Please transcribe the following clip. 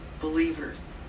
believers